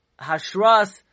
Hashras